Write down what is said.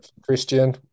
Christian